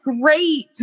Great